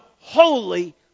holy